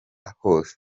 hose